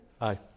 Aye